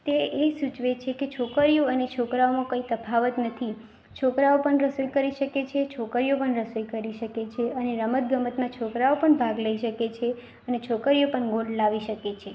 તે એ સૂચવે છે કે છોકરીઓ અને છોકરાઓમાં કંઈ તફાવત નથી છોકરાઓ પણ રસોઈ કરી શકે છે છોકરીઓ પણ રસોઈ કરી શકે છે અને રમતગમતમાં છોકરાઓ પણ ભાગ લઈ શકે છે અને છોકરીઓ પણ ગોલ્ડ લાવી શકે છે